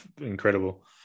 incredible